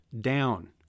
down